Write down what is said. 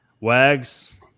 Wags